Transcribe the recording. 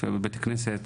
תפילה בבית הכנסת,